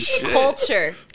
Culture